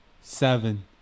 Seven